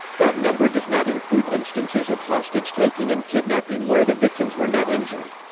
that number does not include instances of hostage taking and kidnapping where the victims were not injured.